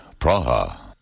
Praha